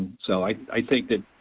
so i i think that,